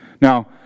Now